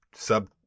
sub